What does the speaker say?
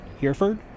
Hereford